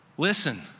Listen